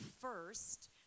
first